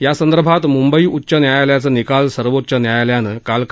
यासंदर्भात मुंबई उच्च न्यायालयाचा निकाल सर्वोच्च न्यायालयानं काल कायम ठेवला